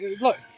Look